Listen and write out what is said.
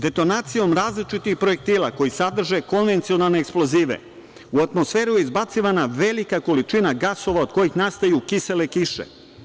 Detonacijom različitih projektila, koji sadrže konvencionalne eksplozive, u atmosferu je izbacivana velika količina gasova od kojih nastaju kisele kiše.